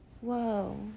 whoa